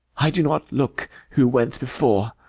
i do not look who went before,